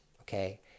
Okay